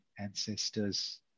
Ancestors